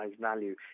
value